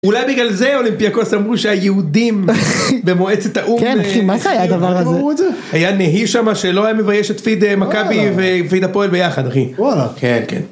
אולי בגלל זה אולימפיאקוס אמרו שהיהודים במועצת האום. כן, כי מה זה היה הדבר הזה. היה נהי שמה שלא היה מבייש את פידה מכבי ואת הפועל ביחד אחי. וואלה. כן, כן.